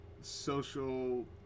social